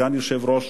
כסגן יושב-ראש